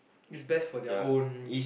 it's best for their own